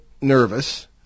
nervous